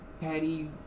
patty